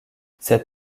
cette